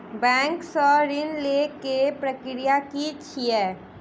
Bank सऽ ऋण लेय केँ प्रक्रिया की छीयै?